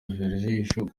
ijisho